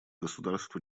государств